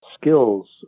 skills